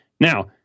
Now